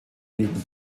liegen